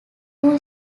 who